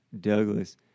Douglas